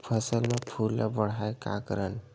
फसल म फूल ल बढ़ाय का करन?